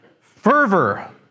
fervor